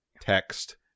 text